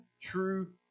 true